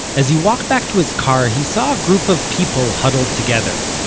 as he walked back to his car, he saw a group of people huddled together.